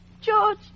George